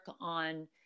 on